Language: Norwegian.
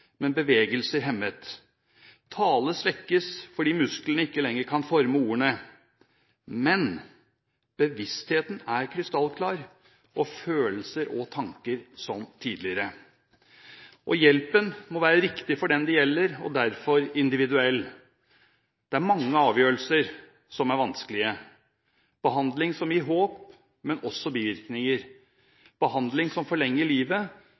men bevegelser hemmet, talen svekkes fordi musklene ikke lenger kan forme ordene. Men bevisstheten er krystallklar og følelser og tanker som tidligere. Hjelpen må være riktig for den det gjelder, og derfor individuell. Det er mange avgjørelser som er vanskelige – behandling som gir håp, men også bivirkninger, og behandling som forlenger livet,